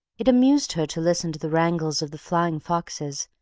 it amused her to listen to the wrangles of the flying foxes,